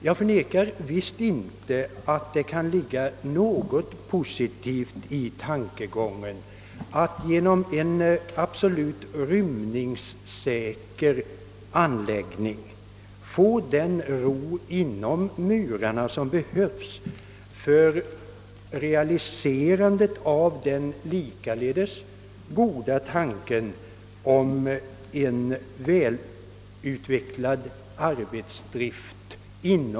Jag vill heller inte förneka att det kan ligga något positivt i tankegången att genom en absolut rymningssäker anläggning få den ro inom murarna som behövs för realiserandet av den likaledes goda tanken att där få en välutvecklad arbetsdrift.